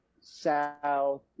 south